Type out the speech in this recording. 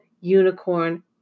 unicorn